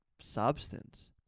substance